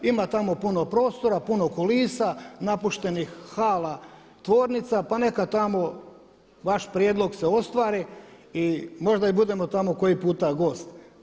Ima tamo puno prostora, puno kulisa, napuštenih hala, tvornica, pa neka tamo vaš prijedlog se ostvari i možda i budemo tamo koji puta gost.